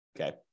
Okay